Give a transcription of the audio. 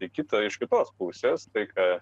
į kitą iš kitos pusės tai ką